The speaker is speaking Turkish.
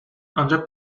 ancak